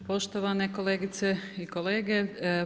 Poštovane kolegice i kolege.